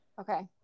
Okay